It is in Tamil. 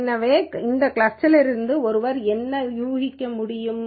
எனவே இந்த கிளஸ்டரிலிருந்து ஒருவர் என்ன ஊகிக்க முடியும்